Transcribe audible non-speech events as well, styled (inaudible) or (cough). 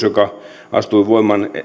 (unintelligible) joka astui voimaan